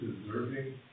deserving